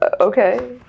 okay